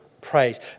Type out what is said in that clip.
praise